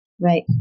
Right